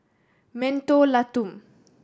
Mentholatum